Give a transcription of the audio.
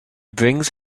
brings